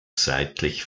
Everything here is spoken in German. seitlich